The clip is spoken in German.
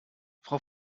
frau